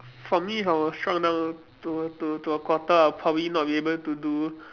for me if I were shrunk down to to to a quarter I probably not be able to do